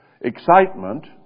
excitement